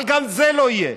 אבל גם זה לא יהיה.